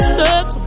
Stuck